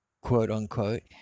quote-unquote